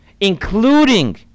including